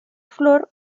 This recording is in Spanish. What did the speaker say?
flor